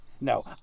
No